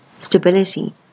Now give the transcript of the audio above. stability